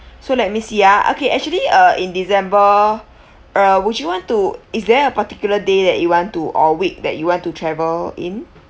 so let me see ah okay actually uh in december uh would you want to is there a particular day that you want to or week that you want to travel in